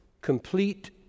complete